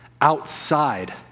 Outside